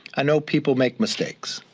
i know people make mistakes.